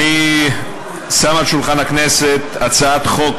אני שם על השולחן הצעת חוק